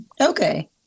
Okay